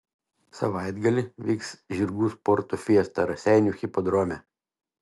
savaitgalį vyks žirgų sporto fiesta raseinių hipodrome